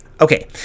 Okay